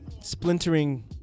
splintering